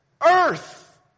Earth